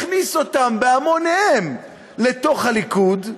הכניס אותם בהמוניהם לתוך הליכוד,